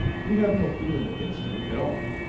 we have no feeling against him at all,